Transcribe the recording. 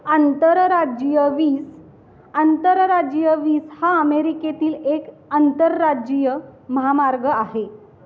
आंतरराज्यीय वीस आंतरराज्यीय वीस हा अमेरिकेतील एक आंतरराज्यीय महामार्ग आहे